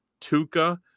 Tuca